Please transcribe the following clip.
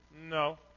No